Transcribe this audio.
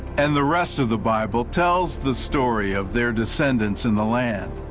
and the rest of the bible tells the story of their descendents in the land.